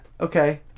okay